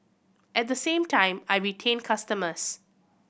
at the same time I retain customers